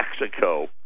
Mexico